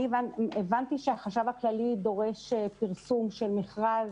הבנתי שהחשב הכללי דורש פרסום של מכרז.